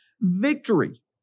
victory